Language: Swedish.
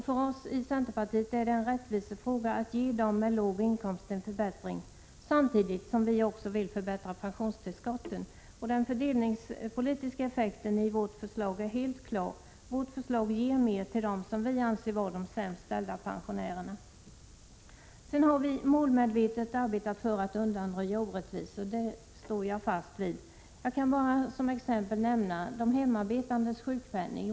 För oss i centerpartiet är det en rättvisefråga att ge dem med låg inkomst en förbättring samtidigt som vi också vill förbättra pensionstillskotten. Den fördelningspolitiska effekten i vårt förslag är helt klar. Vårt förslag ger mer till dem som vi anser vara de sämst ställda pensionärerna. Vi har målmedvetet arbetat för att undanröja orättvisor. Det står jag fast vid. Jag kan som exempel nämna de hemarbetandes sjukpenning.